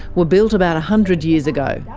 were built about a hundred years ago,